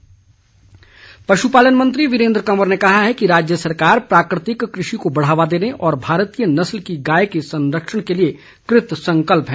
पशुपालन पशुपालन मंत्री वीरेन्द्र कंवर ने कहा है कि राज्य सरकार प्राकृतिक कृषि को बढ़ावा देने और भारतीय नस्ल की गाय के संरक्षण के लिए कृतसंकल्प है